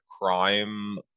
crime